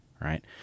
right